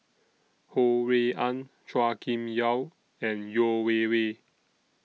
Ho Rui An Chua Kim Yeow and Yeo Wei Wei